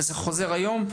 וזה חוזר על עצמו היום,